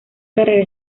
carrera